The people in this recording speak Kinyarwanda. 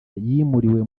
yimuriwe